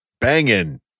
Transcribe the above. banging